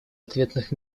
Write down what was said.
ответных